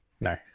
No